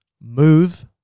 move